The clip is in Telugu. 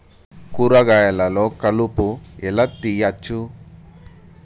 కూరగాయలలో కలుపు ఎలా తీయచ్చు?